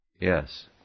Yes